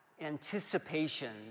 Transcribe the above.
anticipation